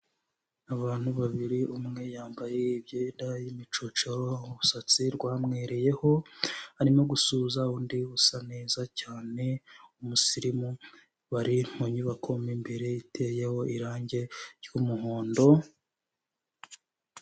Abantu babiri umwe yambaye imyenda y'imicocero umusatsi rwamwewereyeho, arimo gusuhuza undi usa neza cyane w'umusirimu bari mu nyubako imbere iteyeho irangi ry'umuhondo.